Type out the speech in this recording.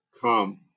come